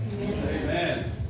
Amen